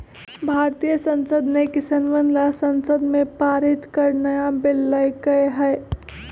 भारतीय संसद ने किसनवन ला संसद में पारित कर नया बिल लय के है